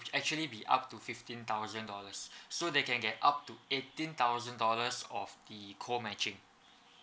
actually be up to fifteen thousand dollars so they can get up to eighteen thousand dollars of the co matching